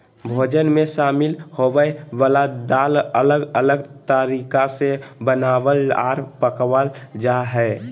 भोजन मे शामिल होवय वला दाल अलग अलग तरीका से बनावल आर पकावल जा हय